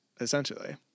essentially